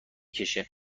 کشه